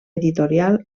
editorial